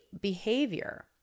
behavior